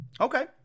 Okay